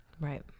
Right